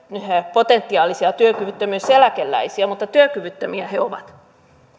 potentiaalisia työkyvyttömyyseläkeläisiä mutta työkyvyttömiä he ovat